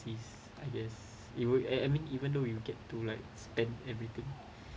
is I guess it would I mean even though we will get to like spend everything